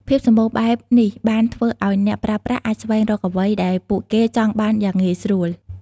ភាពសម្បូរបែបនេះបានធ្វើឱ្យអ្នកប្រើប្រាស់អាចស្វែងរកអ្វីដែលពួកគេចង់បានយ៉ាងងាយស្រួល។